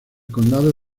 condado